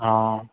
हा